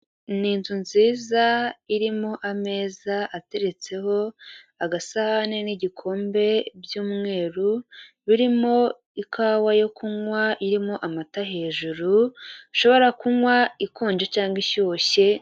N'inzu nziza irimo ameza ateretseho aga sahani n'igikombe by'umweru, birimo ikawa yo kunywa irimo amata hejuru, ushobora kunywa ikonje cyangwa ishyushye.